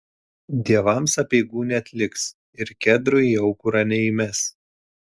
dievams apeigų neatliks ir kedrų į aukurą neįmes